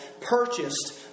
purchased